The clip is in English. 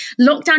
Lockdown